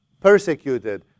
persecuted